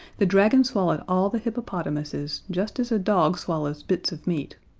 the dragon swallowed all the hippopotamuses just as a dog swallows bits of meat.